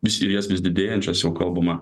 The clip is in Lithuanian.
vis eilės vis didėjančios jau kalbama